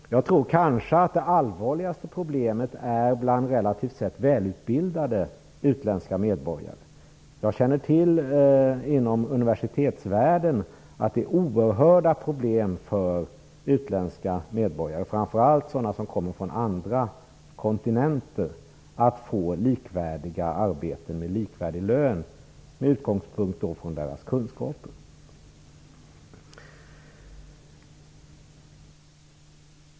Men jag tror att problemet är allvarligast bland relativt väl utbildade utländska medborgare. Jag känner till att det inom universitetsvärlden är oerhörda problem för utländska medborgare, framför allt för sådana som kommer från andra kontinenter, att få arbeten som är likvärdiga med svenskars med likvärdig lön och med utgångspunkt från deras kunskaper.